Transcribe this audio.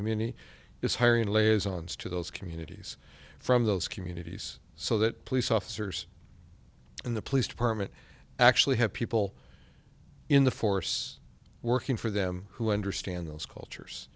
community is hiring layers on still those communities from those communities so that police officers and the police department actually have people in the force working for them who understand those cultures